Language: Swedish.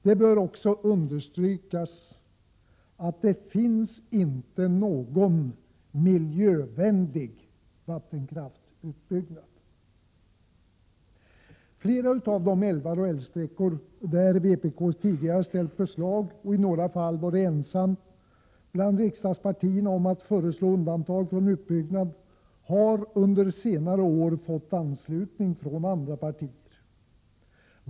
Det bör också understrykas att det inte finns någon miljövänlig vattenkraftsutbyggnad. Flera av de förslag till undantag vad gäller utbyggnad av älvar och älvsträckor som vpk tidigare — i vissa fall ensamt — har ställt, har under senare år fått anslutning från andra partier.